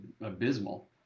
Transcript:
abysmal